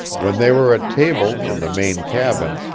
when they were at table in the main cabin,